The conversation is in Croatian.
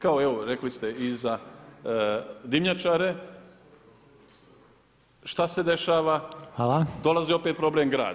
Kao i evo rekli ste i za dimnjačare šta se dešava [[Upadica Reiner: Hvala.]] Dolazi opet problem grad.